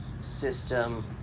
system